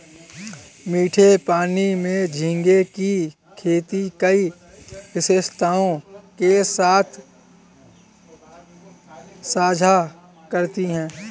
मीठे पानी में झींगे की खेती कई विशेषताओं के साथ साझा करती है